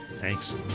Thanks